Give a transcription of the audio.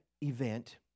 event